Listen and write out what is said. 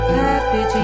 happy